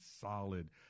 solid